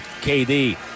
KD